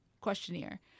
questionnaire